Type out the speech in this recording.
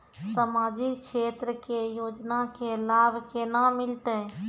समाजिक क्षेत्र के योजना के लाभ केना मिलतै?